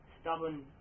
stubborn